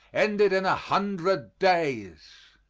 ended in a hundred days.